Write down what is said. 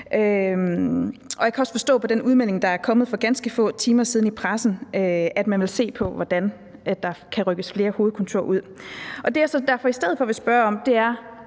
Jeg kan også forstå på den udmelding, der er kommet for ganske få timer siddet i pressen, at man vil se på, hvordan der kan rykkes flere hovedkontorer ud. Det, som jeg derfor så i stedet vil spørge om, er,